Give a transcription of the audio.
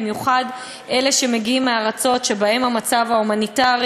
במיוחד אלה שמגיעים מארצות שבהן המצב ההומניטרי